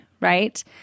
right